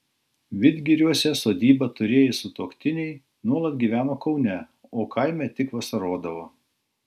vidgiriuose sodybą turėję sutuoktiniai nuolat gyveno kaune o kaime tik vasarodavo